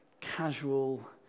casual